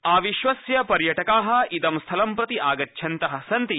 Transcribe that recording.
आविश्वस्य पर्यटका इदं स्थलं प्रति आगच्छन्त सन्ति